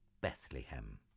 Bethlehem